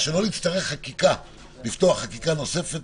שלא נצטרך לפתוח חקיקה נוספת,